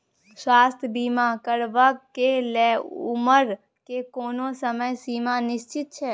स्वास्थ्य बीमा करेवाक के लेल उमर के कोनो समय सीमा निश्चित छै?